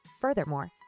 Furthermore